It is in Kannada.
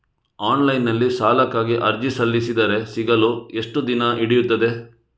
ಆನ್ಲೈನ್ ನಲ್ಲಿ ಸಾಲಕ್ಕಾಗಿ ಅರ್ಜಿ ಸಲ್ಲಿಸಿದರೆ ಸಿಗಲು ಎಷ್ಟು ದಿನ ಹಿಡಿಯುತ್ತದೆ?